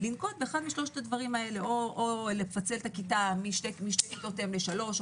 לנקוט באחד משלושת הדברים האלה: לפצל את שתי כיתות האם לשלוש כיתות,